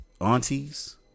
aunties